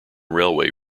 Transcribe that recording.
railway